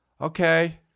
Okay